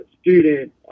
student